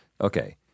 Okay